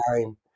time